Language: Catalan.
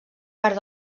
part